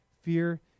Fear